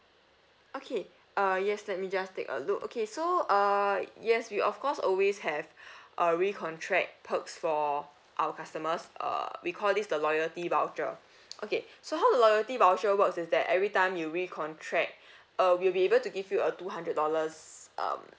okay uh yes let me just take a look okay so uh yes we of course always have a recontract perks for our customers uh we call this the loyalty voucher okay so how the loyalty voucher works is that every time you recontract uh we'll be able to give you a two hundred dollars um